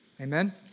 Amen